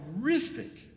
horrific